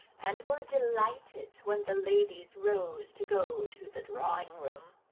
and were delighted when the ladies rose to go to the drawing-room.